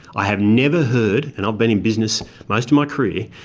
i have never heard, and i've been in business most of my career,